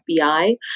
FBI